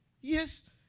Yes